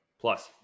plus